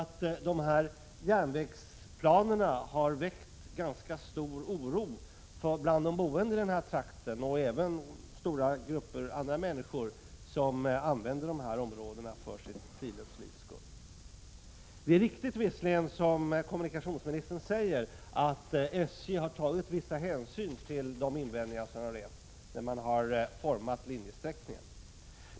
Detta gör att järnvägsplanerna har väckt stor oro bland de boende i trakten och bland andra människor som idkar friluftsliv här. Det är visserligen riktigt som kommunikationsministern säger att SJ vid utformningen av linjesträckningen har tagit vissa hänsyn till de invändningar som har rests.